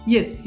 Yes